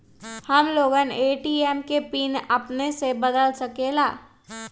हम लोगन ए.टी.एम के पिन अपने से बदल सकेला?